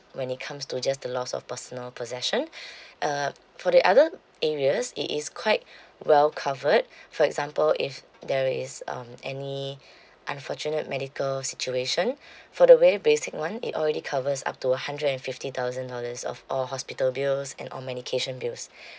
when it comes to just the loss of personal possession uh for the other areas it is quite well covered for example if there is um any unfortunate medical situation for the very basic one it already covers up to a hundred and fifty thousand dollars of all hospital bills and on medication bills